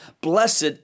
blessed